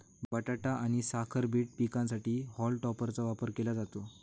बटाटा आणि साखर बीट पिकांसाठी हॉल टॉपरचा वापर केला जातो